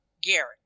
Garrett